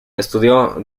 estudió